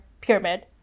pyramid